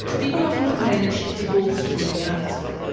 people often complain that she's divorced from reality.